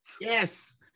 Yes